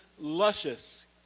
luscious